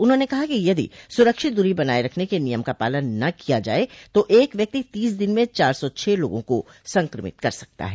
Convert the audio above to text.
उन्होंने कहा कि यदि सुरक्षित दूरी बनाये रखने के नियम का पालन न किया जाये तो एक व्यक्ति तीस दिन में चार सौ छह लोगों को संक्रमित कर सकता है